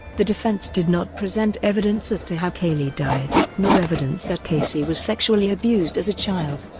the defense did not present evidence as to how caylee died, nor evidence that casey was sexually abused as a child,